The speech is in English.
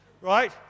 Right